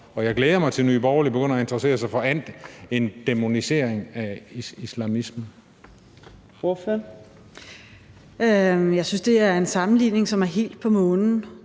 og jeg glæder mig til, at Nye Borgerlige begynder at interessere sig for andet end dæmonisering af islamisme.